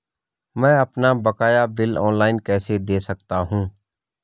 मैं अपना बकाया बिल ऑनलाइन कैसे दें सकता हूँ?